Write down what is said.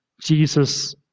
Jesus